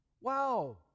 Wow